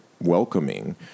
welcoming